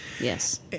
Yes